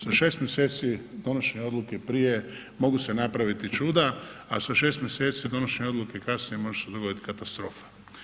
Sa 6 mjeseci donošenja odluke prije mogu se napraviti čuda, a sa 6 mjeseci donošenja odluke kasnije može se dogodit katastrofa.